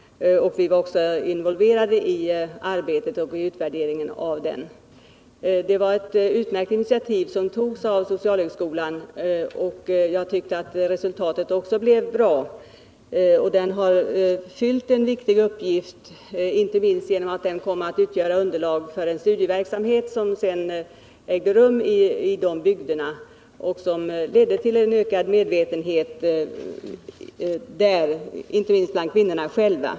Vi var också involverade i arbetet och i utvärderingen. Det var ett utmärkt initiativ av socialhögskolan, och jag tycker också att resultatet blev bra. Utredningen har fyllt en viktig uppgift, inte minst därför att den kommit att utgöra underlag för den studieverksamhet som senare ägde rum i dessa bygder och som ledde till en ökad medvetenhet där, inte minst bland kvinnorna själva.